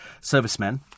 servicemen